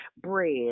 bread